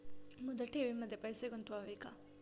मुदत ठेवींमध्ये पैसे गुंतवावे का?